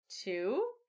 two